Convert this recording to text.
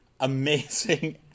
amazing